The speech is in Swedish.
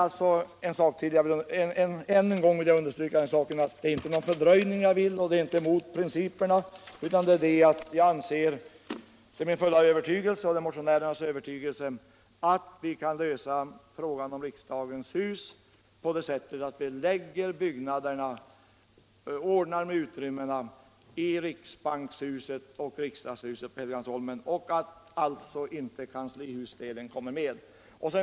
Än en gång vill jag understryka att jag inte vill uppnå någon fördröjning eller gå emot principerna, utan det är min och motionärernas fulla övertygelse att vi kan lösa frågan om riksdagens hus på det sättet att vi ordnar utrymmen i riksbankshuset och riksdagshuset på Helgeandsholmen — kanslihusdelen kommer alltså inte med.